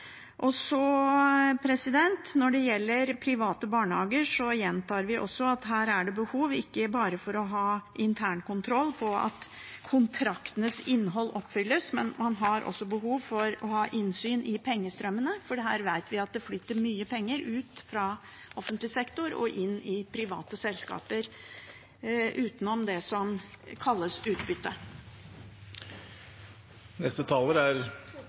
Når det gjelder private barnehager, gjentar vi behovet for internkontroll ikke bare for at kontraktenes innhold oppfylles, men også for å ha innsyn i pengestrømmen, for her vet vi at det flyter mye penger ut fra offentlig sektor og inn i private selskaper, utenom det som kalles utbytte.